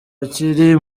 akiri